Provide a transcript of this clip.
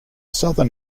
southern